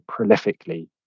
prolifically